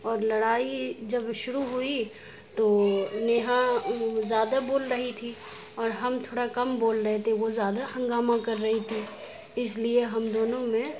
اور لڑائی جب شروع ہوئی تو نیہا زیادہ بول رہی تھی اور ہم تھوڑا کم بول رہے تھے وہ زیادہ ہنگامہ کر رہی تھی اس لیے ہم دونوں میں